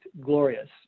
glorious